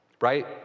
right